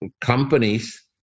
companies